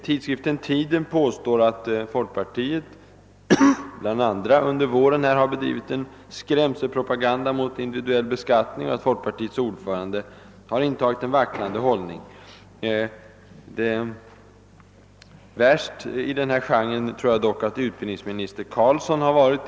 Tidskriften Tiden påstår att folkpartiet under våren har bedrivit en skrämsel propaganda mot individuell beskattning och att folkpartiets ordförande har intagit en vacklande hållning. Värst i denna genre tror jag dock att utbildningsminister Carlsson har varit.